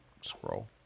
scroll